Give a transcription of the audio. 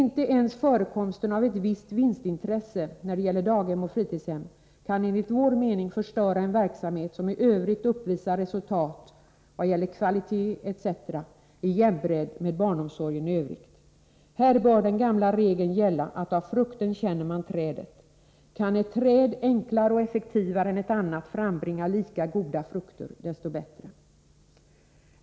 Inte ens förekomsten av ett visst vinstintresse när det gäller daghem och fritidshem kan enligt vår uppfattning förstöra en verksamhet som i övrigt uppvisar resultat vad gäller kvalitet etc. i jämnbredd med barnomsorgen i övrigt. Här bör den gamla regeln gälla: av frukten känner man trädet. Kan ett träd enklare och effektivare än ett annat frambringa lika goda frukter, desto bättre.